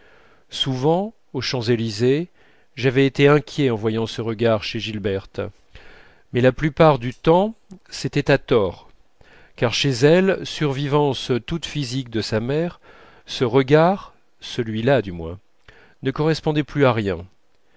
souvent aux champs-élysées j'étais inquiet en voyant ce regard chez gilberte mais la plupart du temps c'était à tort car chez elle survivance toute physique de sa mère ce regard celui-là du moins ne correspondait plus à rien